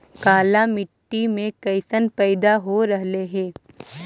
काला मिट्टी मे कैसन पैदा हो रहले है?